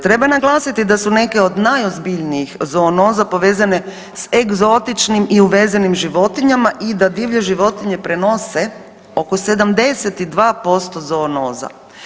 Treba naglasiti da su neke od najozbiljnijih zoonoza povezane s egzotičnim i uvezenim životinjama i da divlje životinje prenose oko 72% zoonoza.